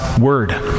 word